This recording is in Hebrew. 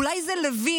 אולי זה לוין,